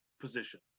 position